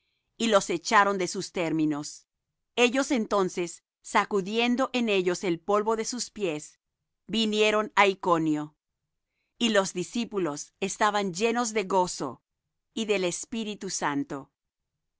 y los echaron de sus términos ellos entonces sacudiendo en ellos el polvo de sus pies vinieron á iconio y los discípulos estaban llenos de gozo y del espíritu santo